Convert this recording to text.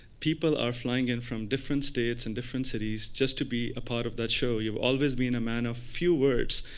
people are flying in from different states, in different cities, just to be a part of that show. you've always been a man of few words,